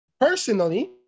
personally